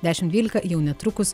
dešimt dvylika jau netrukus